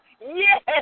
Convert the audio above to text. Yes